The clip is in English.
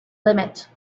limit